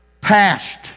past